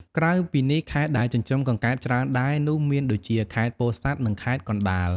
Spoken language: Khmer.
ក្រៅពីនេះ ខេត្តដែលចិញ្ចឹមកង្កែបច្រើនដែរនោះមានដូចជា ខេត្តពោធិ៍សាត់ និង ខេត្តកណ្ដាល។